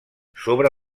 sobre